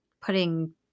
putting